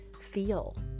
feel